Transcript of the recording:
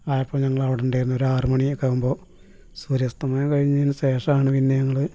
ആയപ്പോൾ ഞങ്ങളവിടെ ഉണ്ടായിരുന്നു ഒരാറ് മണി ഒക്കെ ആകുമ്പോൾ സൂര്യാസ്തമയം കഴിഞ്ഞതിന് ശേഷമാണ് പിന്നെ ഞങ്ങൾ